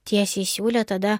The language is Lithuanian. tiesiai siūlę tada